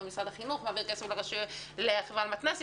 ומשרד החינוך מעביר כסף לחברה למתנ"סים,